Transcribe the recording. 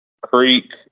Creek